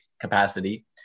capacity